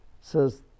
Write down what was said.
says